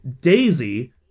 Daisy